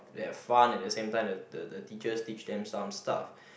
they've fun and at the same time the the teacher teach them some stuff